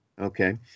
Okay